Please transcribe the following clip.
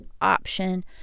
option